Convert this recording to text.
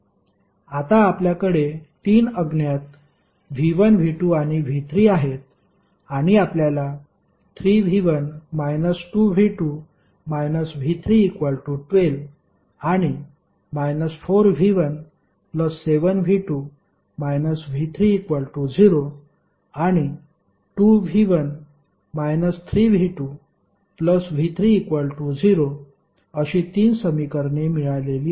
आता आपल्याकडे तीन अज्ञात V1 V2 आणि V3 आहेत आणि आपल्याला 3V1 2V2 V312 आणि 4V17V2 V30 आणि 2V1 3V2V30 अशी तीन समीकरणे मिळालेली आहेत